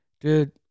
dude